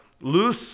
loose